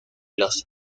los